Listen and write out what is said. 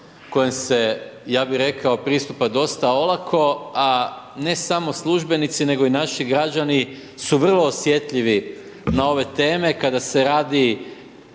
kojim se ja bi rekao, pristupa dosta olako a ne samo službenici nego i naši građani su vrlo osjetljivi na ove teme kada se radi